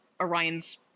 Orion's